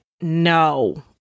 no